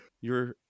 you're-